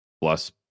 Plus